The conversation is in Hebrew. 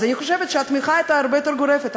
אני חושבת שאז התמיכה הייתה הרבה יותר גורפת.